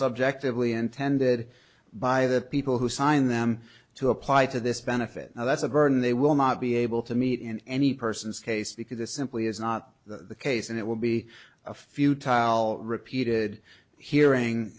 subjectively intended by the people who sign them to apply to this benefit and that's a burden they will not be able to meet in any person's case because this simply is not the case and it will be a few tile repeated hearing